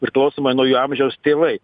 priklausomai nuo jų amžiaus tėvai